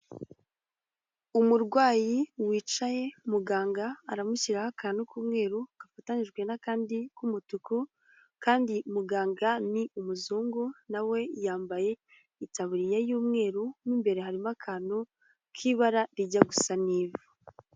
Umurwayi wicaye muganga aramushyiraho akantu k'umweru, gafatanijwe n'akandi k'umutuku kandi muganga ni umuzungu nawe ,yambaye itaburiya y'umweru n'imbere harimo akantu k'ibara rijya gusa n'ivu.